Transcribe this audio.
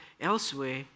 elsewhere